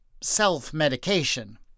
self-medication